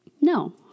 No